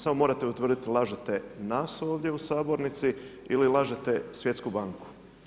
Samo morate utvrditi lažete nas ovdje u sabornici ili lažete Svjetsku banku.